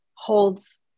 holds